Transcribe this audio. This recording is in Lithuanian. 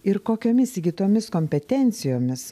ir kokiomis įgytomis kompetencijomis